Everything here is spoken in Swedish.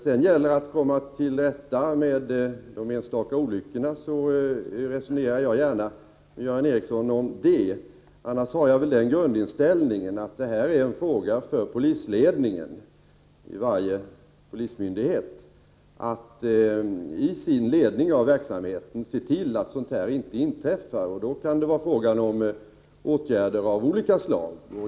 När det gäller att komma till rätta med enstaka olyckor resonerar jag gärna med Göran Ericsson om det. Annars har jag den grundinställningen att det är en fråga för polisledningen i varje polismyndighet att i sin ledning av verksamheten se till att sådant här inte inträffar. Det kan då bli fråga om åtgärder av olika slag.